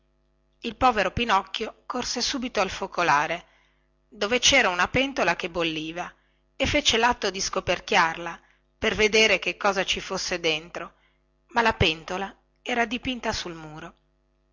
il povero pinocchio corse subito al focolare dove cera una pentola che bolliva e fece latto di scoperchiarla per vedere che cosa ci fosse dentro ma la pentola era dipinta sul muro